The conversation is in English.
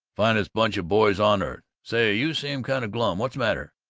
finest bunch of boys on earth! say, you seem kind of glum. what's matter?